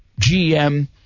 GM